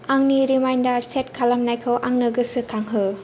आंनि reminder set खालामनायखौ आंनो गोसोखांहो